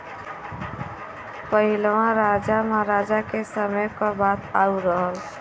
पहिलवा राजा महराजा के समय क बात आउर रहल